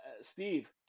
Steve